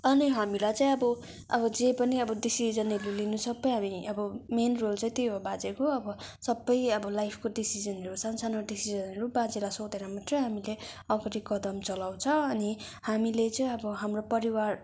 अनि हामीलाई चाहिँ अब अब जे पनि अब डिसिजनहरू लिनु सबै अब मेन रोल चाहिँ त्यही हो बाजेको सबै अब लाइफको डिसिजनहरू सानो सानो डिसिजनहरू बाजेलाई सोधेर मात्रै हामीले अघाडि कदम चलाउँछ अनि हामीले चाहिँ अब हाम्रो परिवार